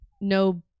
no